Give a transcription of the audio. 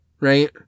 right